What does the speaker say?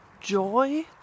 joy